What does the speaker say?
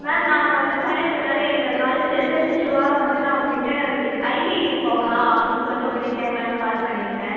ma'am நாங்கள் வந்து final year பண்ணினால் எங்கள் காலேஜ் ரெப்ரன்சென்டிவ்வாக வந்து நான் உங்கள் கிட்டே வி ஐவி போகலாம் அப்படின்னு சொல்ட்டு உங்கள் கிட்டே கேட்கலான்னு கால் பண்ணியிருக்கேன்